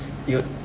you